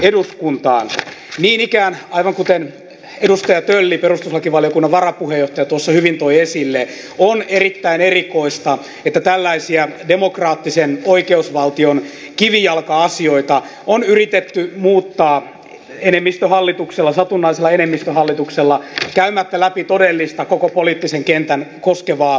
niin ikään aivan kuten edustaja tölli perustuslakivaliokunnan varapuheenjohtaja tuossa hyvin toi esille on erittäin erikoista että tällaisia demokraattisen oikeusvaltion kivijalka asioita on yritetty muuttaa satunnaisella enemmistöhallituksella käymättä läpi todellista koko poliittista kenttää koskevaa keskustelua